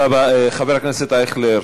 חבר הכנסת אייכלר,